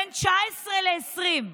בין 2019 ל-2020,